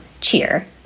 cheer